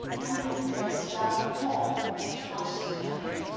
young dr. fred's still out on a call but he asks to come in.